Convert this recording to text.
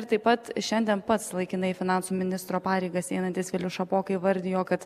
ir taip pat šiandien pats laikinai finansų ministro pareigas einantis vilius šapoka įvardijo kad